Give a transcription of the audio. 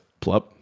Plup